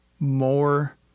more